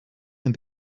and